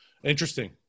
interesting